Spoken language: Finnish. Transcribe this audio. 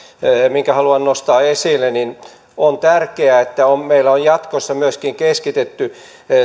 minkä haluan nostaa esille on tärkeää että meillä on jatkossa myöskin keskitetty